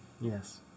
Yes